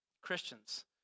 Christians